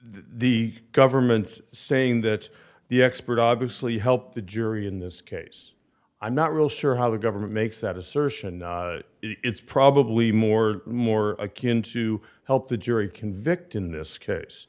the government's saying that the expert obviously help the jury in this case i'm not really sure how the government makes that assertion it's probably more more akin to help the jury convict in this case